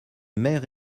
mère